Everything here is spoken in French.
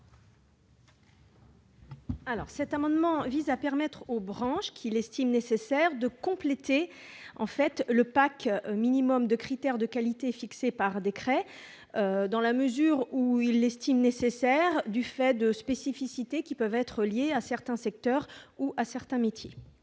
Cet amendement vise à permettre aux branches de compléter le pack minimum de critères de qualité fixés par décret dans la mesure où elles l'estiment nécessaire du fait de spécificités pouvant être liées à certains secteurs ou à certains métiers.